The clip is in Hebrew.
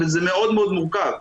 וזה מאוד מאוד מורכב.